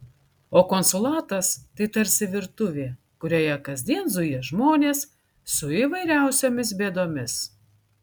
o konsulatas tai tarsi virtuvė kurioje kasdien zuja žmonės su įvairiausiomis bėdomis